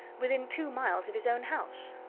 within two miles of his own house.